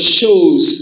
shows